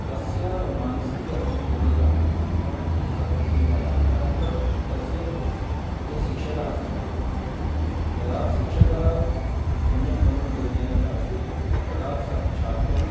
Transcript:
तस्य मानसिक योग्यता सः किं जानाति अनन्तरं तस्य ये शिक्षकाः सन्ति यदा शिक्षकः सम्यक् मनोवैज्ञानिकः अस्ति तदा सः छात्रम्